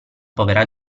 povera